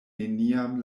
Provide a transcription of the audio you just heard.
neniam